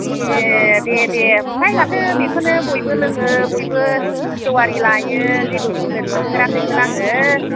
ए दे दे ओमफ्राय माथो बेखौनो बयबो लोङो बयबो जेवारि लायो जेबो कमफ्लेन मोनफेराखैमोन आङो